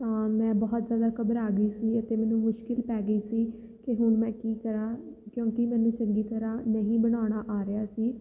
ਤਾਂ ਮੈਂ ਬਹੁਤ ਜ਼ਿਆਦਾ ਘਬਰਾ ਗਈ ਸੀ ਅਤੇ ਮੈਨੂੰ ਮੁਸ਼ਕਲ ਪੈ ਗਈ ਸੀ ਕਿ ਹੁਣ ਮੈਂ ਕੀ ਕਰਾਂ ਕਿਉਂਕਿ ਮੈਨੂੰ ਚੰਗੀ ਤਰ੍ਹਾਂ ਨਹੀਂ ਬਣਾਉਣਾ ਆ ਰਿਹਾ ਸੀ